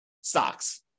stocks